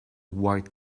white